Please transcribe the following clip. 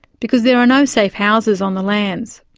because there are no safe houses on the lands.